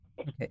Okay